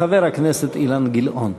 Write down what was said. חבר הכנסת אילן גילאון.